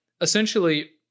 Essentially